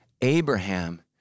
Abraham